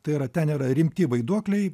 tai yra ten yra rimti vaiduokliai